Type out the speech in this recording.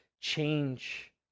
change